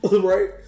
right